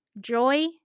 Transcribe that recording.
joy